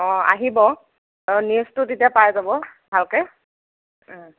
আহিব নিউজটো তেতিয়া পাই যাব ভালকৈ